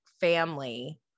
family